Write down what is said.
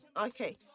Okay